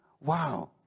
Wow